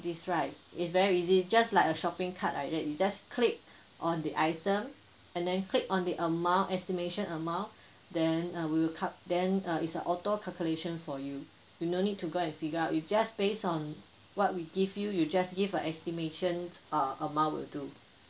this right is very easy just like a shopping cart like that you just click on the item and then click on the amount estimation amount then uh we will ca~ then uh is a auto calculation for you you no need to go and figure out you just base on what we give you you just give a estimations uh amount will do